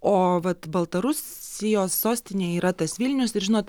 o vat baltarusijos sostinė yra tas vilnius ir žinot